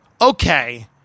okay